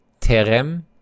Terem